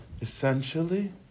essentially